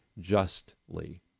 justly